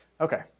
Okay